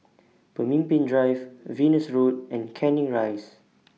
Pemimpin Drive Venus Road and Canning Rise